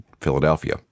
Philadelphia